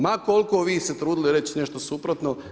Ma koliko se vi trudili reći nešto suprotno.